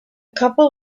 couple